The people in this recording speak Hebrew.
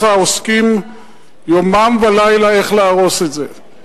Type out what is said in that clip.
עוסקים יומם ולילה איך להרוס את זה?